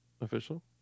official